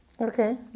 Okay